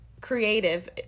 creative